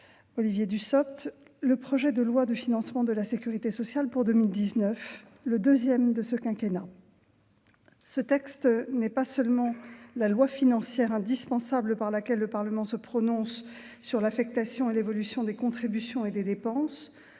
Olivier Dussopt, le projet de loi de financement de la sécurité sociale pour 2019, le deuxième de ce quinquennat. Ce texte n'est pas seulement la loi financière indispensable par laquelle le Parlement se prononce sur l'affectation et l'évolution des contributions et des dépenses-